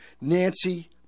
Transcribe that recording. Nancy